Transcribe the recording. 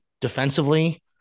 defensively